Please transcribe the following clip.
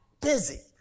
busy